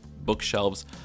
bookshelves